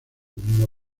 mismo